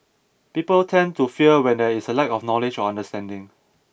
people tend to fear when there is a lack of knowledge or understanding